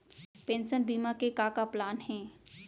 Pension बीमा के का का प्लान हे?